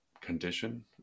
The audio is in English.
condition